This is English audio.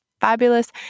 fabulous